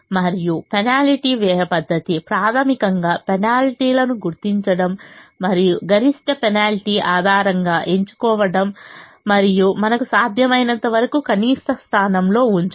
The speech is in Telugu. మరియు పెనాల్టీ వ్యయ పద్ధతి ప్రాథమికంగా పెనాల్టీలను గుర్తించడం మరియు గరిష్ట పెనాల్టీ ఆధారంగా ఎంచుకోవడం మరియు మనకు సాధ్యమైనంతవరకు కనీస స్థానంలో ఉంచడం